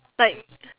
like